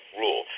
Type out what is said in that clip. rule